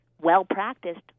well-practiced